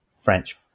French